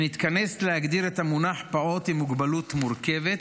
שנתכנס להגדיר את המונח "פעוט עם מוגבלות מורכבת"